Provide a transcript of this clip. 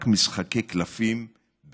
תמצא רק משחקי הקלפים בכסף"